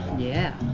yeah!